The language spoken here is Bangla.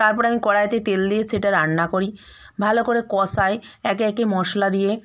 তারপরে আমি কড়াইতে তেল দিয়ে সেটা রান্না করি ভালো করে কষাই একে একে মশলা দিয়ে